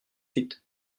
suite